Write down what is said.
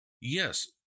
yes